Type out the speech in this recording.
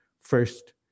first